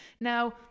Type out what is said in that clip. now